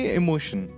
emotion